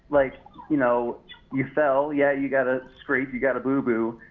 like you know you fell, yeah you got a scrape, you got a boo-boo.